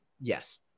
Yes